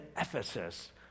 Ephesus